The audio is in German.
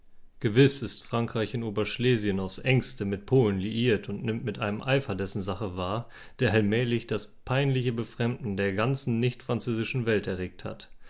gewiß ist frankreich in oberschlesien aufs engste mit polen liiert und nimmt mit einem eifer dessen sache wahr der allmählich das peinliche befremden der ganzen nichtfranzösischen welt erregt hat